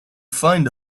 find